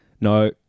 No